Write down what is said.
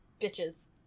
bitches